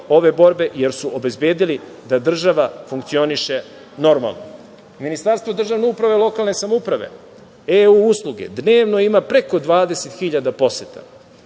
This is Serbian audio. ove borbe, jer su obezbedili da država funkcioniše normalno. Ministarstvo državne uprave i lokalne samouprave, E-usluge, dnevno ima preko 20.000 hiljada